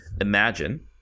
imagine